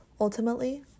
Ultimately